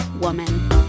woman